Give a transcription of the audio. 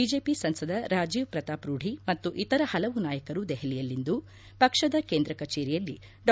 BJP ಸಂಸದ ರಾಜೀವ್ ಪ್ರತಾಪ್ ರೂಢಿ ಮತ್ತು ಇತರ ಹಲವು ನಾಯಕರು ದೆಹಲಿಯಲ್ಲಿಂದು ಪಕ್ಷದ ಕೇಂದ್ರ ಕಚೇರಿಯಲ್ಲಿ ಡಾ